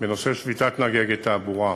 בנושא שביתת נהגי "אגד תעבורה"